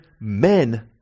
men